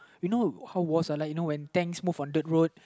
you know how wars are like like you know when tanks move on dirt road